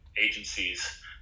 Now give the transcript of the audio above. agencies